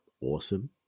awesome